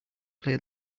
play